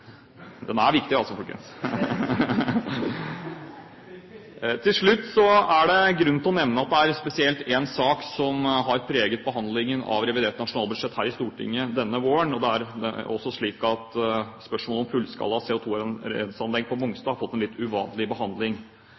den er viktig altså, folkens! Til slutt er det grunn til å nevne at det er spesielt én sak som har preget behandlingen av revidert nasjonalbudsjett her i Stortinget denne våren, og det er at spørsmålet om fullskala CO2-renseanlegg på Mongstad har fått en litt uvanlig behandling.